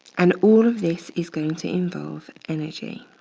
and all of this is going to involve energy.